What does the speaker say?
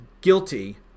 guilty